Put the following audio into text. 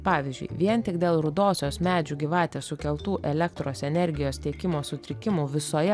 pavyzdžiui vien tik dėl rudosios medžių gyvatės sukeltų elektros energijos tiekimo sutrikimų visoje